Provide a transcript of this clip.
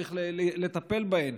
צריך לטפל בהן,